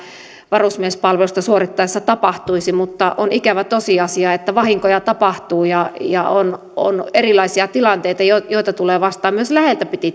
varusmiespalvelusta suorittaessa tapahtuisi mutta on ikävä tosiasia että vahinkoja tapahtuu ja ja on on erilaisia tilanteita joita joita tulee vastaan myös läheltä piti